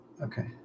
Okay